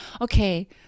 Okay